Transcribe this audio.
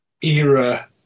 era